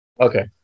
Okay